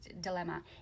dilemma